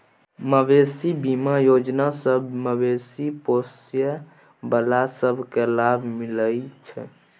मबेशी बीमा योजना सँ मबेशी पोसय बला सब केँ लाभ मिलइ छै